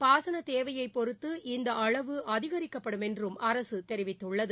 பாசன தேவையைப் பொறுத்து இந்த அளவு அதிகரிக்கப்படும் என்றும் அரசு தெரிவித்துள்ளது